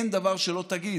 אין דבר שלא תגיד.